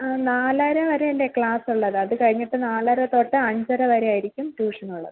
ആ നാലര വരെ അല്ലേ ക്ലാസ്സ് ഉള്ളത് അത് കഴിഞ്ഞിട്ട് നാലര തൊട്ട് അഞ്ചര വരെ ആയിരിക്കും ട്യൂഷനുള്ളത്